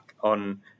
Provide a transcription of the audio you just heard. on